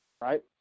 right